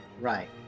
Right